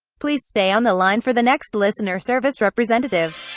please stay on the line for the next listener service representative